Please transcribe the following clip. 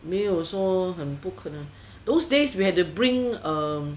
没有说很不可能 those days we had to bring um